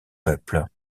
peuple